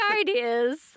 ideas